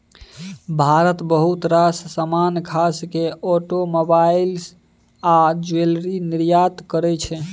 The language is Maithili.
भारत बहुत रास समान खास केँ आटोमोबाइल आ ज्वैलरी निर्यात करय छै